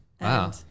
Wow